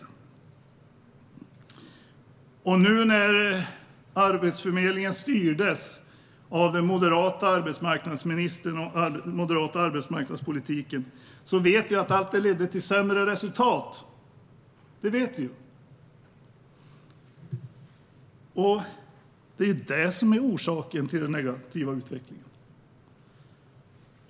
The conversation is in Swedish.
Vi vet nu att när Arbetsförmedlingen styrdes av den moderata arbetsmarknadsministern och moderat arbetsmarknadspolitik ledde det till sämre resultat. Detta är orsaken till den negativa utvecklingen.